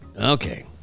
Okay